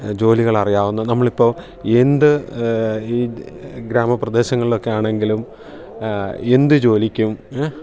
ജോലികൾ അറിയാവുന്ന നമ്മൾ ഇപ്പോൾ എന്ത് ഈ ഗ്രാമപ്രദേശങ്ങളിലൊക്കെ ആണെങ്കിലും എന്ത് ജോലിക്കും ഏ